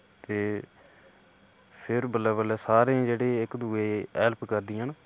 ते फ्ही बल्लें बल्लें सारें ई जेह्ड़े इक दूए दी हैल्प करदियां न